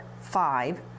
five